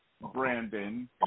Brandon